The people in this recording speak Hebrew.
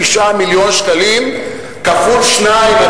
מיליון שקלים כפול 2,